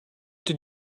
did